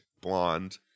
blonde